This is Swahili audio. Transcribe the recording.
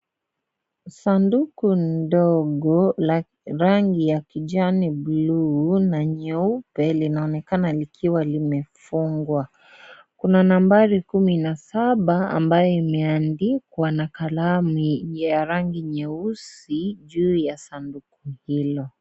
Sanduku ndogo la rangi ya kijani buluu na nyeupe linaonekana likiwa limefungwa, kuna nambari kumi na saba ambayo imeandikwa na kalamu ya rangu nyeusi juu ya sanduku hilo.